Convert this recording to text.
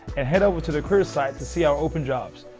and head over to the careers site to see our open jobs.